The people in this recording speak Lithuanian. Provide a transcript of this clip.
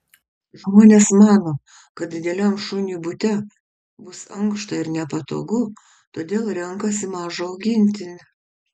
žmonės mano kad dideliam šuniui bute bus ankšta ir nepatogu todėl renkasi mažą augintinį